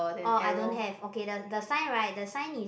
oh I don't have okay the the sign right the sign is